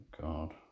god